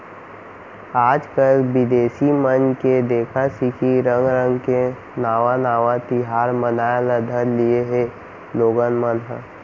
आजकाल बिदेसी मन के देखा सिखी रंग रंग के नावा नावा तिहार मनाए ल धर लिये हें लोगन मन ह